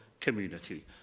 community